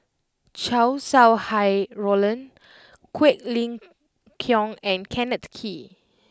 Chow Sau Hai Roland Quek Ling Kiong and Kenneth Kee